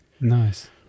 Nice